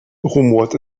rumort